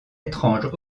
étrange